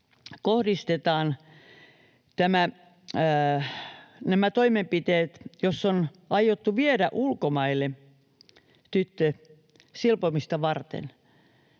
kohdistetaan nämä toimenpiteet, jos on aiottu viedä ulkomaille tyttö silpomista varten.